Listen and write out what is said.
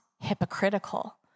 hypocritical